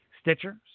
Stitcher